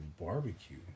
barbecue